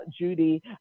Judy